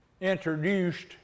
introduced